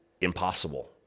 impossible